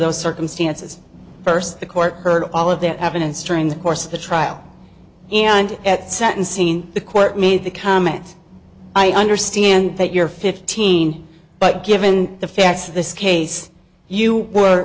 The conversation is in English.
those circumstances first the court heard all of that evidence trying the course of the trial and at sentencing the court made the comment i understand that you're fifteen but given the facts of this case you were